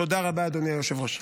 תודה רבה, אדוני היושב-ראש.